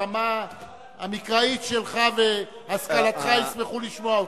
ברמה המקראית שלך והשכלתך ישמחו לשמוע אותך.